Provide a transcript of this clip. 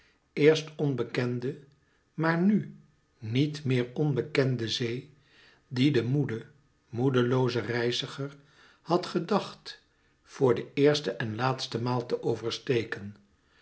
eerst onbekende maar nu niet méer onbekende zee die de moede moedelooze reiziger had gedacht voor de eerste en laatste maal te oversteken